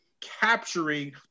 capturing